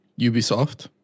Ubisoft